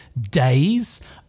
days